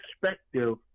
perspective